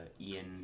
Ian